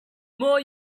more